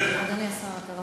זה לא